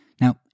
Now